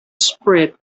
spread